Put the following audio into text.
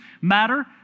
matter